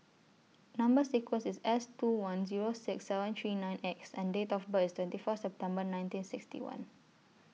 Number sequence IS S two one Zero six seven three nine X and Date of birth IS twenty four September nineteen sixty one